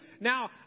Now